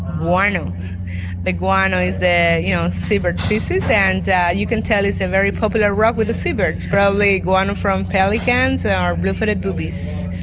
guano. the guano is the you know seabird faeces, and you can tell it's a very popular rock with the seabirds. probably guano from pelicans or blue-footed boobies.